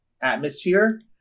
atmosphere